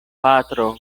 patro